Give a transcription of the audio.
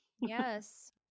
Yes